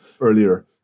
earlier